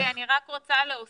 אוקיי, אני רק רוצה להוסיף,